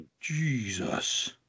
Jesus